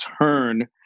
turn